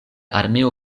armeo